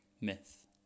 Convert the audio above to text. Myth